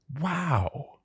Wow